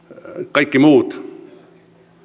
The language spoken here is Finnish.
kaikki muut